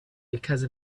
because